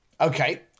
Okay